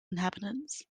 inhabitants